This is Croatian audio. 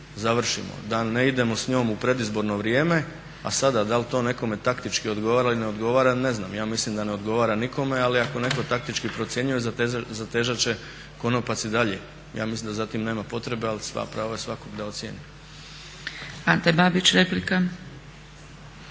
završimo, da ne idemo s njom u predizborno vrijeme a sada da li to nekome taktički odgovara ili ne odgovara ne znam. Ja mislim da ne odgovara nikome, ali ako netko taktički procjenjuje zatezat će konopac i dalje. Ja mislim da za tim nema potrebe, ali sva prava svakog da ocjeni. **Zgrebec, Dragica